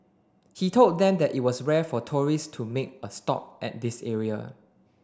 he told them that it was rare for tourists to make a stop at this area